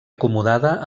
acomodada